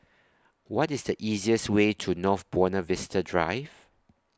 What IS The easiest Way to North Buona Vista Drive